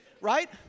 Right